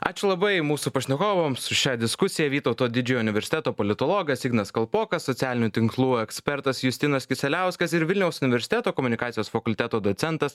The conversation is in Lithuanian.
ačiū labai mūsų pašnekovams už šią diskusiją vytauto didžiojo universiteto politologas ignas kalpokas socialinių tinklų ekspertas justinas kisieliauskas ir vilniaus universiteto komunikacijos fakulteto docentas